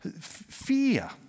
Fear